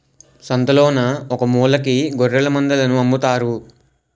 సంతలోన ఒకమూలకి గొఱ్ఱెలమందలను అమ్ముతారు